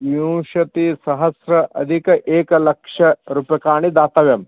विंशतिसहस्राधिकम् एकलक्षरूप्यकाणि दातव्यम्